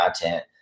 content